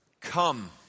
Come